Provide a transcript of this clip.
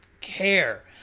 care